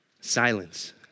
Silence